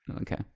okay